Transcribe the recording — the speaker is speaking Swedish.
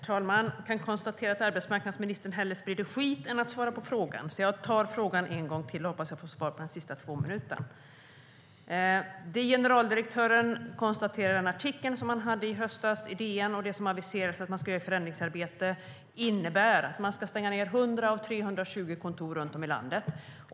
Herr talman! Jag kan konstatera att arbetsmarknadsministern hellre sprider skit än svarar på frågan. Jag tar därför frågan en gång till och hoppas att jag får svar i hennes sista inlägg. Generaldirektören konstaterade i en artikel i DN i höstas, med anledning av att man skulle göra ett förändringsarbete, att man ska stänga ned 100 av 320 kontor runt om i landet.